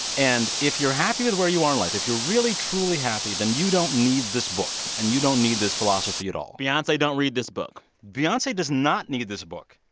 and if you're happy with where you are in life, if you're really, truly happy, then you don't need this book, and you don't need this philosophy at all beyonce, don't read this book beyonce does not need this book.